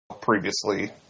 previously